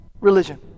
religion